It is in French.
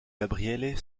gabriele